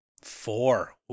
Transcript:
Four